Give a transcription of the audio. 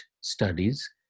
studies